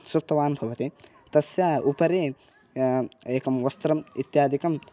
सुप्तवान् भवति तस्य उपरि एकं वस्त्रम् इत्यादिकं